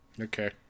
okay